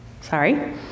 sorry